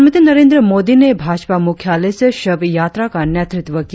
प्रधानमंत्री नरेंद्र मोदी ने भाजपा मुख्यालय से शव यात्रा का नेतृत्व किया